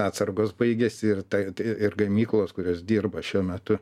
atsargos baigiasi ir ta ir gamyklos kurios dirba šiuo metu